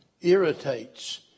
irritates